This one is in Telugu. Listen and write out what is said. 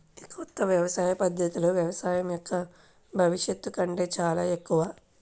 ఈ కొత్త వ్యవసాయ పద్ధతులు వ్యవసాయం యొక్క భవిష్యత్తు కంటే చాలా ఎక్కువ